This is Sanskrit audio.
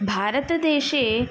भारतदेशे